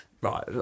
Right